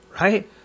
right